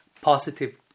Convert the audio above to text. positive